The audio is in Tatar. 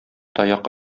таяк